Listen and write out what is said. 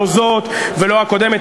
לא זאת ולא הקודמת.